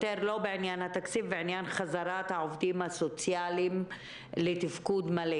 לעניין החזרת העובדים הסוציאליים לתפקוד מלא.